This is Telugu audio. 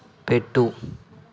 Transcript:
పెట్టు